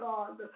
God